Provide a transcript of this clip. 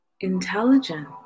intelligent